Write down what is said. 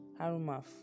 Harumaf